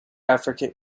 africa